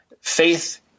Faith